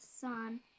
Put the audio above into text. sun